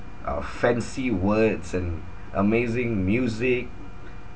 uh fancy words and amazing music